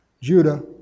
Judah